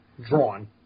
drawn